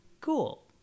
cool